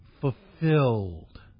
fulfilled